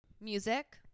Music